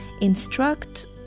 instruct